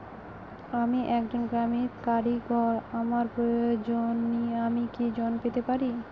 আমি একজন গ্রামীণ কারিগর আমার প্রয়োজনৃ আমি কি ঋণ পেতে পারি?